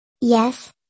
Yes